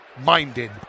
minded